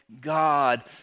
God